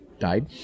died